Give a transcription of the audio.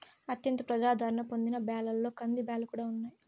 అత్యంత ప్రజాధారణ పొందిన బ్యాళ్ళలో కందిబ్యాల్లు కూడా ఉన్నాయి